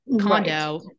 condo